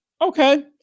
okay